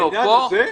בעניין הזה?